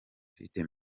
ufite